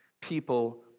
people